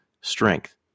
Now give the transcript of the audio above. strength